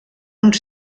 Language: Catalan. uns